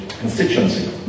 constituency